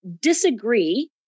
disagree